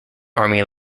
army